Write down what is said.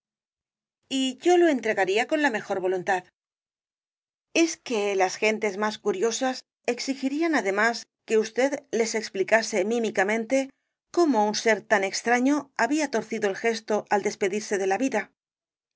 y yo lo entregaría con la mejor voluntad es que las gentes más curiosas exigirían además que usted les explicase mímicamente cómo un ser tan extraño había torcido el gesto al despedirse de la vida